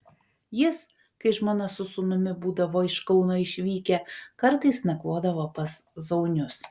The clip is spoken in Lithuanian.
jis kai žmona su sūnumi būdavo iš kauno išvykę kartais nakvodavo pas zaunius